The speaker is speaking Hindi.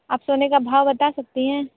आप सोने का भाव बता सकती हैं